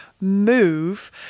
move